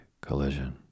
collision